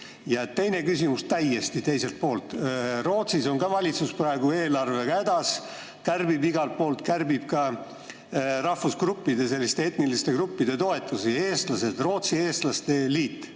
teine küsimus täiesti teiselt poolt. Rootsis on ka valitsus praegu eelarvega hädas, kärbib igalt poolt, kärbib ka rahvusgruppide, selliste etniliste gruppide toetusi. Eestlased, Rootsi Eestlaste Liit